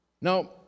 Now